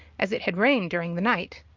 as it had rained during the night.